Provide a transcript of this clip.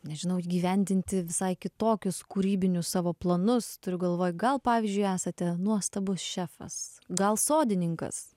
nežinau įgyvendinti visai kitokius kūrybinius savo planus turiu galvoj gal pavyzdžiui esate nuostabus šefas gal sodininkas